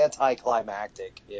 anticlimactic